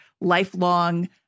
lifelong